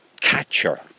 catcher